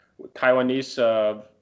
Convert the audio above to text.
Taiwanese